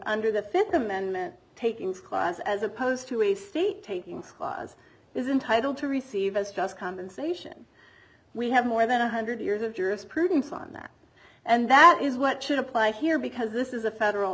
under the fifth amendment takings clause as opposed to a state takings clause is entitled to receive us just compensation we have more than a hundred years of jurisprudence on that and that is what should apply here because this is a federal